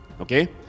okay